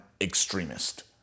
extremist